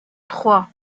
trois